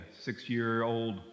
six-year-old